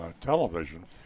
television